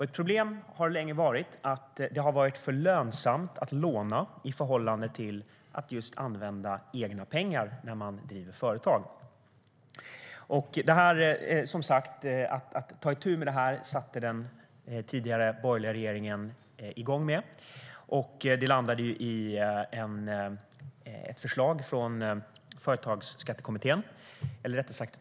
Ett problem har länge varit att det har varit för lönsamt att låna i förhållande till att använda egna pengar när man driver företag. Den tidigare borgerliga regeringen satte igång att ta itu med detta. Det landade i två olika förslag från Företagsskattekommittén.